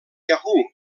yahoo